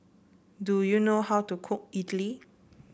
do you know how to cook idly